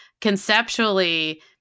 conceptually